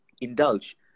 Indulge